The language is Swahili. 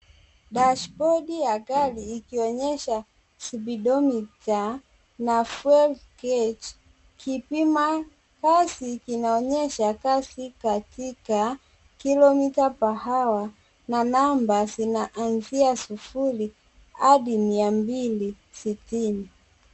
Dashibodi ya gari ikionyesha spidomita na fuel gauge . Kipima kasi kinaonyesha kasi katika kilometre per hour na namba zinaanzia sufuri hadi mia mbili sitini.